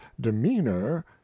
demeanor